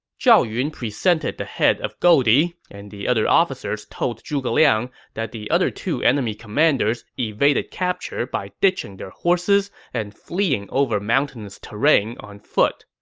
zhao yun presented the head of goldie, and the other officers told zhuge liang that the other two enemy commanders evaded capture by ditching their horses and fleeing over mountainous terrain on foot.